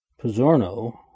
Pizzorno